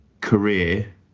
career